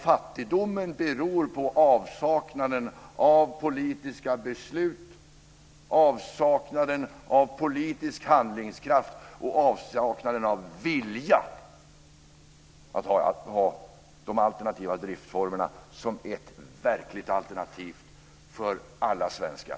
Fattigdomen beror på avsaknaden av politiska beslut, politisk handlingskraft och vilja att ha de alternativa driftsformerna som ett verkligt alternativ för alla svenskar.